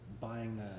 buying